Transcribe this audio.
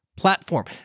Platform